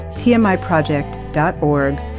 tmiproject.org